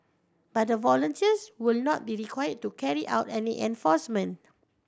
but the volunteers will not be required to carry out any enforcement